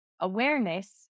awareness